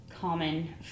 common